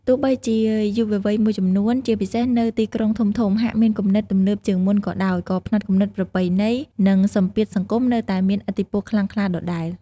ទោះបីជាយុវវ័យមួយចំនួន ជាពិសេសនៅទីក្រុងធំៗ ហាក់មានគំនិតទំនើបជាងមុនក៏ដោយ ក៏ផ្នត់គំនិតប្រពៃណី និងសម្ពាធសង្គមនៅតែមានឥទ្ធិពលខ្លាំងក្លាដដែល។